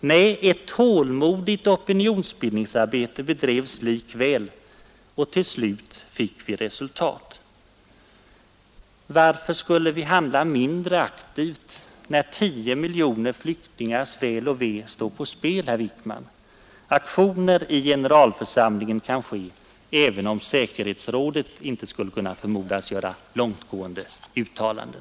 Nej, ett tålmodigt opinionsbildningsarbete bedrevs likväl, och till slut fick vi resultat. Varför skulle vi handla mindre aktivt när 10 miljoner flyktingars väl och ve står på spel, herr Wickman? Aktioner i generalförsamlingen kan ske även om säkerhetsrådet inte skulle kunna förmodas göra långtgående uttalanden.